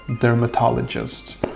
dermatologist